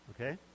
Okay